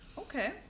Okay